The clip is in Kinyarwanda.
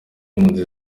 impunzi